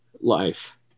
life